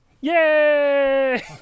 Yay